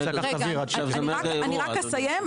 אני אסיים.